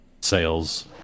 sales